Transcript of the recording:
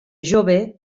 jove